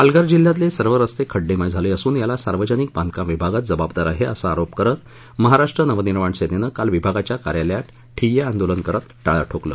पालघर जिल्ह्यातले सर्व रस्ते हे खड्डेमय झाले असून याला सार्वजनिक बांधकाम विभागच जबाबदार आहे असा आरोप करत महाराष्ट्र नवनिर्माण सेनेनं काल विभागाच्या कार्यालयात ठिय्या आंदोलन करत टाळे ठोकले